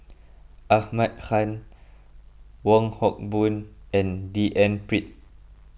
Ahmad Khan Wong Hock Boon and D N Pritt